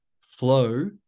flow